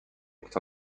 kto